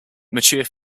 mature